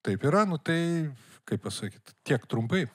taip yra nu tai kaip pasakyt tiek trumpai